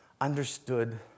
understood